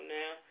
now